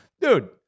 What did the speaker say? dude